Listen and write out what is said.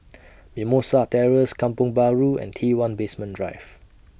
Mimosa Terrace Kampong Bahru and T one Basement Drive